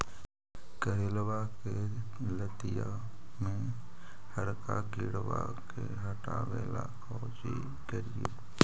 करेलबा के लतिया में हरका किड़बा के हटाबेला कोची करिए?